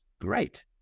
Great